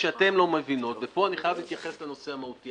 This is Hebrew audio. שאתן לא מבינות ופה אני חייב להתייחס לנושא המהותי.